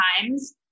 times